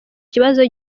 kibazo